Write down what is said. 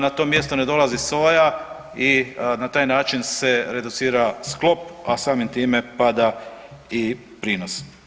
Na to mjesto ne dolazi soja i na taj način se reducira sklop, a samim time pada i prinos.